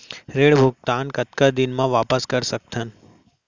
ऋण भुगतान कतका दिन म वापस कर सकथन?